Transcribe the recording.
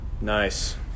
nice